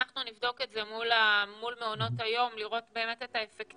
אנחנו נבדוק את זה מול מעונות היום לראות באמת את האפקטיביות.